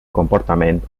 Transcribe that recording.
comportament